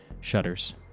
shutters